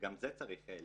וגם זה צריך להימחק.